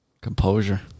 Composure